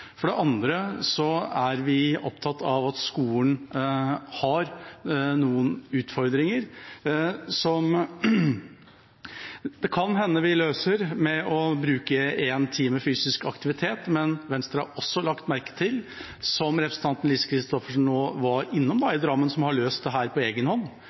For det andre er vi opptatt av at skolen har noen utfordringer, som det kan hende vi løser med å bruke én times fysisk aktivitet. Men Venstre har også lagt merke til, som representanten Lise Christoffersen nå var innom, at Drammen har løst dette på egenhånd,